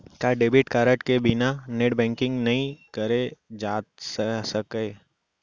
का debit card के बिना नेट बैंकिंग नई करे जाथे सके?